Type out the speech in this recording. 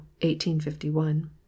1851